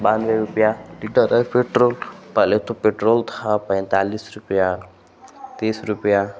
बानवे रुपया लीटर है पेट्रोल पहले तो पेट्रोल था पैँतालिस रुपया तीस रुपया